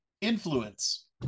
influence